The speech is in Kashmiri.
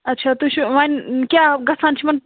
اَچھا تُہۍ چھُ وۄنۍ کیٛاہ گژھان چھِ یِمَن